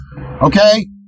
Okay